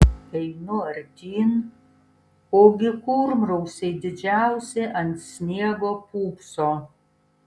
einu artyn ogi kurmrausiai didžiausi ant sniego pūpso